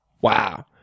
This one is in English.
Wow